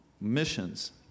missions